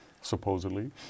Supposedly